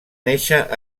néixer